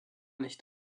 nicht